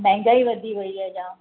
महांगाई वधी वई आहे जाम